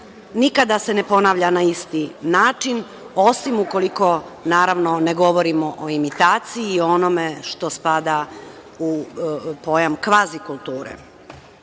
nikada se ne ponavlja na isti način, osim ukoliko, naravno, ne govorimo o imitaciji, o onome što spada u pojam kvazi kulture. Nama